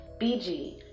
BG